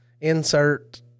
insert